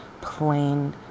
plain